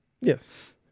Yes